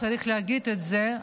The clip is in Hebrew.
צריך להגיד את זה,